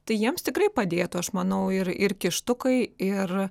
tai jiems tikrai padėtų aš manau ir ir kištukai ir